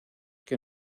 que